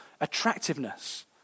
attractiveness